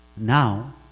Now